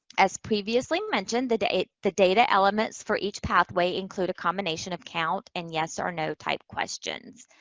as previously mentioned, the data the data elements for each pathway include a combination of count and yes or no type questions.